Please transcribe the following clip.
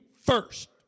first